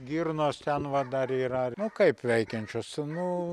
girnos ten va dar yra kaip veikiančios nu